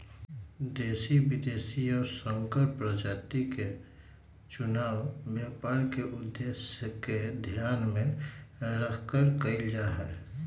देशी, विदेशी और संकर प्रजाति के चुनाव व्यापार के उद्देश्य के ध्यान में रखकर कइल जाहई